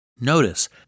Notice